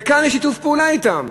וכאן יש שיתוף פעולה אתם.